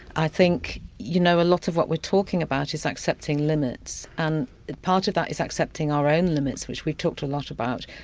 i think, you know, a lot of what we're talking about is accepting limits and part of that is accepting our own limits, which we've talked a lot about,